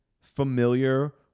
familiar